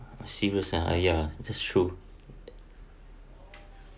serious ah !aiya! the show